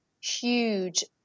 huge